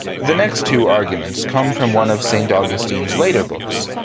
the next two arguments come from one of st. augustine's later books,